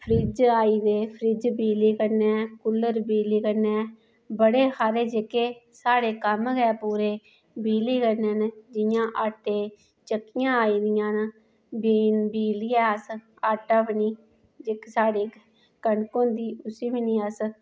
fridge आई गेदे fridge बिजली कन्नै कूलर बिजली कन्नै बड़े हारे जेह्के साढ़े कम्म गै पूरे बिजली कन्नै न जियां आटे चक्कियां आई दियां न बिजली ऐ अस आटा बी नी जेह्की साढ़ी कनक होंदी उसी बी नी अस